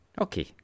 Okay